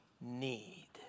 need